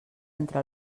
entre